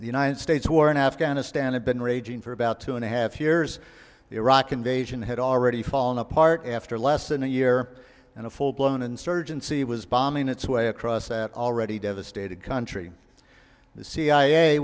the united states war in afghanistan had been raging for about two and a half years the iraq invasion had already fallen apart after less than a year and a full blown insurgency was bombing its way across that already devastated country the c